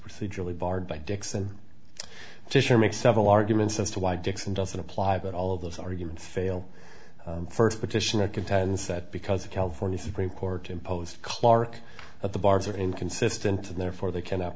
procedurally barred by dixon fisher makes several arguments as to why dixon doesn't apply but all of those arguments fail first petitioner contends that because the california supreme court imposed clark that the bars are inconsistent and therefore they cannot